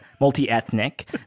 Multi-ethnic